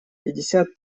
пятьдесят